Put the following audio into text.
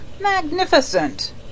Magnificent